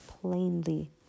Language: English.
plainly